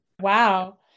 Wow